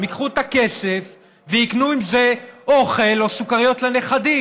הם ייקחו את הכסף ויקנו עם זה אוכל או סוכריות לנכדים,